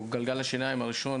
הוא גלגל השיניים הראשון,